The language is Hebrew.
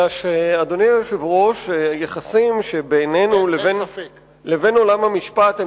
אלא שהיחסים בינינו לבין עולם המשפט הם